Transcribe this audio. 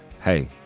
hey